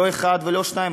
ולא אחד ולא שניים,